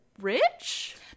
rich